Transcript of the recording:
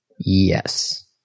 Yes